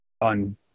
on